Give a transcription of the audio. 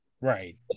Right